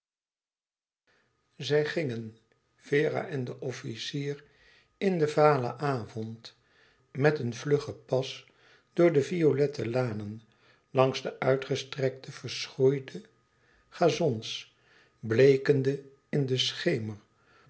zij gingen vera en de officier in den valen avond met een vlugge pas door de violette lanen langs de uitgestrekte verschroeide gazons bleekende in den schemer